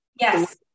yes